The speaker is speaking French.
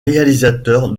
réalisateur